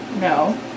no